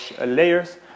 layers